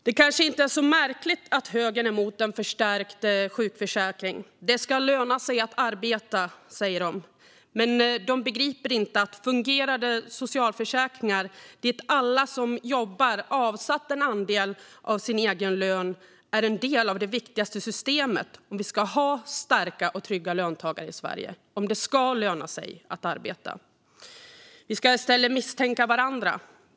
Det är kanske inte så märkligt att högern är emot en förstärkt sjukförsäkring. Det ska löna sig att arbeta, säger de. Men de begriper inte att fungerande socialförsäkringar, dit alla som jobbar avsatt en andel av sin egen lön, är en del av det viktigaste systemet om vi ska ha starka och trygga löntagare i Sverige och om det ska löna sig att arbeta. Vi ska i stället misstänka varandra.